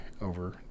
over